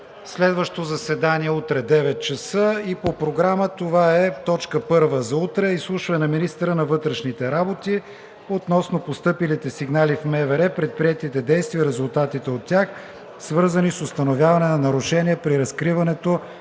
Следващо заседание – утре, 9,00 ч. По Програма точка първа за утре е: Изслушване на министъра на вътрешните работи относно постъпилите сигнали в МВР, предприетите действия и резултати от тях, свързани с установяване на нарушения при разкриването